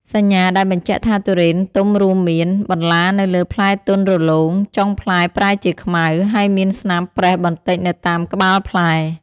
សញ្ញាដែលបញ្ជាក់ថាទុរេនទុំរួមមាន បន្លានៅលើផ្លែទន់រលោង ចុងផ្លែប្រែជាខ្មៅ ហើយមានស្នាមប្រេះបន្តិចនៅតាមក្បាលផ្លែ។